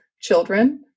children